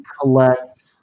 collect